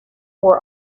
were